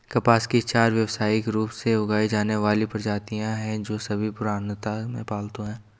कपास की चार व्यावसायिक रूप से उगाई जाने वाली प्रजातियां हैं, जो सभी पुरातनता में पालतू हैं